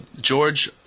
George